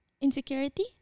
Insecurity